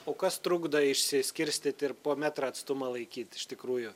o kas trukdo išsiskirstyt ir po metrą atstumą laikyt iš tikrųjų